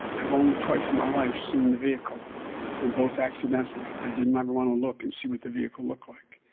i've only twice in my life seen the vehicle and both accidentally. i didn't ever want to look and see what the vehicle looked like.